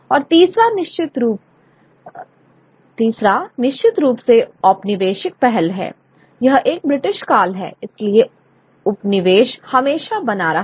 और तीसरा निश्चित रूप से औपनिवेशिक पहल है यह एक ब्रिटिश काल है इसलिए उपनिवेश हमेशा बना रहा